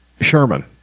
Sherman